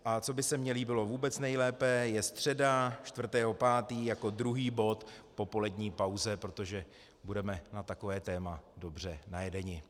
A co by se mi líbilo vůbec nejlépe, je středa 4. 5., jako druhý bod po polední pauze, protože budeme na takové téma dobře najedeni.